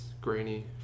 grainy